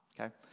Okay